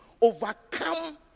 overcome